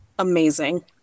amazing